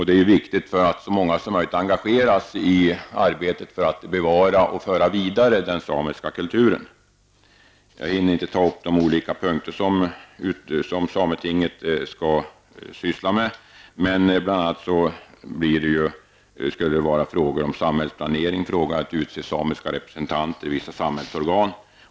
Det är viktigt att så många som möjligt engageras i arbetet med att bevara och föra vidare den samiska kulturen. Jag hinner inte ta upp de olika frågor som sametinget skall syssla med, men det skulle bl.a. gälla samhällsplanering och utseendet av samiska representanter i vissa samhällsorgan.